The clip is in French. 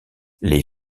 les